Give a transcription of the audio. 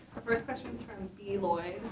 first question's from b. lloyd.